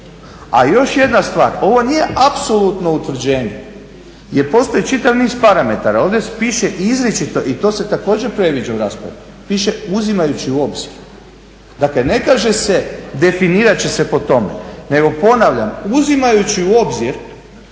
A još jedna stvar, ovo nije apsolutno utvrđenje jer postoji čitav niz parametara, ovdje piše izričito i to se također predviđa u rasporedu, piše uzimajući u obzir, dakle ne kaže se definirati će se po tome. Nego ponavljam uzimajući u obzir